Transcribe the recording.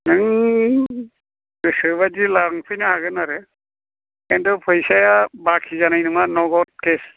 नों गोसोबायदि लांफैनो हागोनआरो खिन्थु फैसाया बाखि जानाय नङा नगद केस